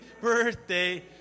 birthday